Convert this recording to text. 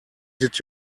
did